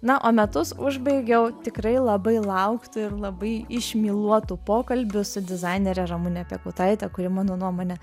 na o metus užbaigiau tikrai labai lauktu ir labai išmyluotu pokalbiu su dizainere ramune piekautaite kuri mano nuomone